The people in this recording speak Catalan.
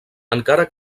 encara